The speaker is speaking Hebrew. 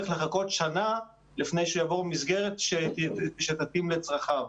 לחכות שנה לפני שהוא יעבור למסגרת שתתאים לצרכיו.